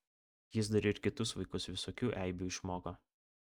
jis dar ir kitus vaikus visokių eibių išmoko